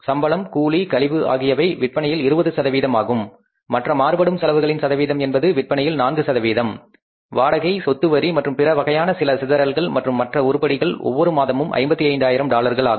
சம்பளம் கூலி மற்றும் கழிவு ஆகியவை விற்பனையில் 20 ஆகும் மற்ற மாறுபடும் செலவுகளின் சதவீதம் என்பது விற்பனையில் 4 வாடகை சொத்து வரி மற்றும் பிற வகையான சில சிதறல்கள் மற்றும் மற்ற உருப்படிகள் ஒவ்வொரு மாதமும் 55000 டாலர்களாகும்